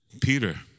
Peter